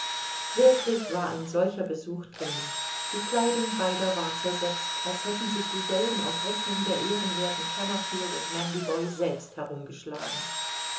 wirklich war ein solcher besuch dringend die kleidung beider war zersetzt als hätten sich dieselben auf rechnung der ehrenwerthen kamerfield und mandiboy selbst